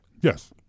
Yes